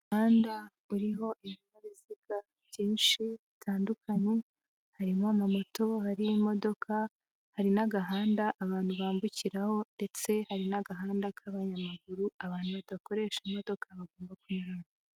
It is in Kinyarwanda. Umuhanda uriho ibinyabiziga byinshi bitandukanye, harimo amamoto, hari imodoka, hari n'agahanda abantu bambukiraho ndetse hari n'agahanda k'abanyamaguru abantu badakoresha imodoka bagomba kunyuramo.